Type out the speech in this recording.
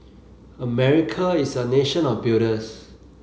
America is a nation of builders